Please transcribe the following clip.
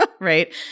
right